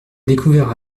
découvert